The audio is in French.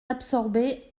absorbée